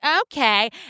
okay